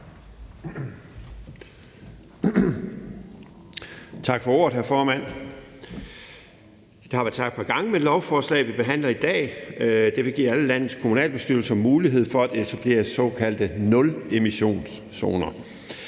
Tak for ordet, hr. formand. Det er blevet sagt et par gange i forbindelse med det lovforslag, som vi behandler i dag, at det vil give alle landets kommunalbestyrelser mulighed for at etablere såkaldte nulemissionszoner.